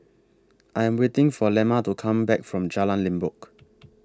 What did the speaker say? I Am waiting For Lemma to Come Back from Jalan Limbok